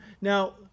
Now